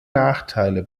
nachteile